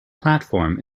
platform